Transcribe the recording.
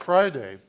Friday